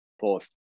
post